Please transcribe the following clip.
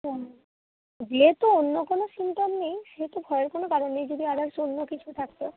ও যেহেতু অন্য কোনো সিমটম নেই সেহেতু ভয়ের কোনো কারণ নেই যদি আদারস অন্য কিছু থাকতো